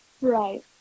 Right